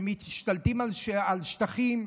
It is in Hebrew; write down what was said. שמשתלטים על שטחים,